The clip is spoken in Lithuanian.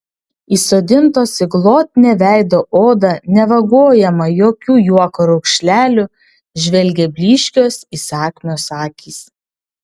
įsodintos į glotnią veido odą nevagojamą jokių juoko raukšlelių žvelgė blyškios įsakmios akys